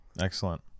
Excellent